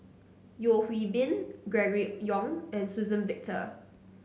Yeo Hwee Bin Gregory Yong and Suzann Victor